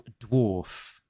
Dwarf